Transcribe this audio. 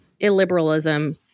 illiberalism